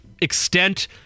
extent